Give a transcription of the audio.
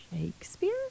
Shakespeare